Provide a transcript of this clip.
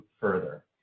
further